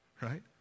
right